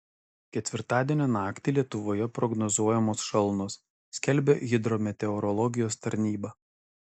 ketvirtadienio naktį lietuvoje prognozuojamos šalnos skelbia hidrometeorologijos tarnyba